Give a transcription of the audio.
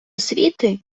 освіти